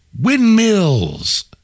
Windmills